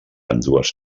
ambdues